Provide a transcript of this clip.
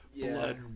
blood